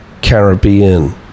Caribbean